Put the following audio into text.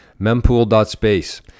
mempool.space